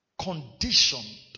conditioned